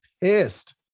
pissed